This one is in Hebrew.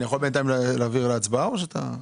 אני יכול בינתיים להעביר להצבעה או שאתה?